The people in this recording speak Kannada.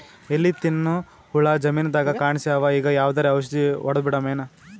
ಎಲಿ ತಿನ್ನ ಹುಳ ಜಮೀನದಾಗ ಕಾಣಸ್ಯಾವ, ಈಗ ಯಾವದರೆ ಔಷಧಿ ಹೋಡದಬಿಡಮೇನ?